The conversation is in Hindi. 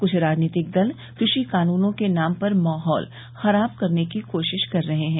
कुछ राजनीतिक दल कृषि कानूनों के नाम पर माहौल खराब करने की कोशिश कर रहे हैं